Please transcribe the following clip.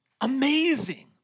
amazing